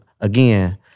again